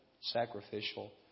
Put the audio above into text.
sacrificial